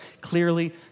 clearly